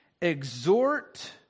exhort